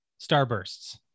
starbursts